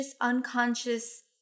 unconscious